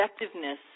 effectiveness